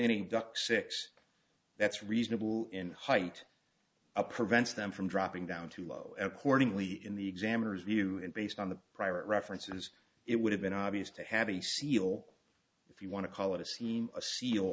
any duck six that's reasonable in height a prevents them from dropping down too low accordingly in the examiners view and based on the private references it would have been obvious to have a seal if you want to call it a seam a seal